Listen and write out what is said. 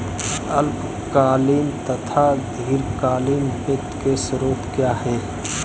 अल्पकालीन तथा दीर्घकालीन वित्त के स्रोत क्या हैं?